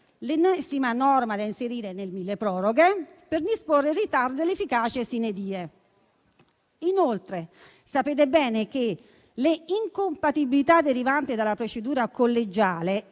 l'ennesima norma da inserire nel milleproroghe per disporne il ritardo dell'efficacia *sine die*. Inoltre, sapete bene che le incompatibilità derivanti dalla procedura collegiale,